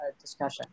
discussion